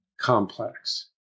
complex